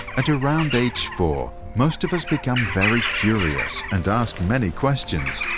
at around age four, most of us become very curious and ask many questions.